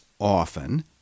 often